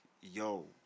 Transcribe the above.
yo